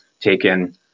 taken